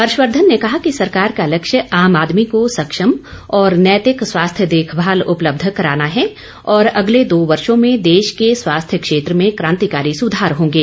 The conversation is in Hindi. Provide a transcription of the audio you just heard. हर्षवर्धन ने कहा कि सरकार का लक्ष्य आम आदमी को सक्षम और नैतिक स्वास्थ्य देखभाल उपलब्ध कराना है और अगले दो वर्षों में देश के स्वास्थ्य क्षेत्र में क्रांतिकारी सुधार होंगे